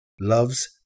loves